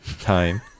time